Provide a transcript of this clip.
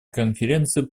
конференции